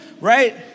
right